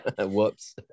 Whoops